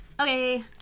Okay